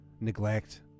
Neglect